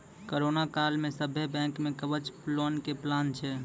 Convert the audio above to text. corona काल मे सभ्भे बैंक मे कवच लोन के प्लान छै